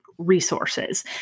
resources